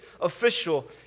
official